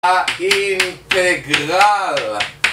ה-אי-נט-גר-ל